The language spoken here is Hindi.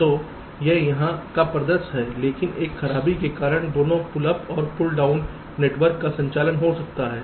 तो यह यहाँ का परिदृश्य है क्योंकि इस खराबी के कारण दोनों पुल अप और पुल डाउन नेटवर्क का संचालन हो सकता है